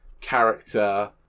character